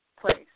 place